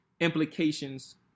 implications